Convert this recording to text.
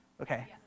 Okay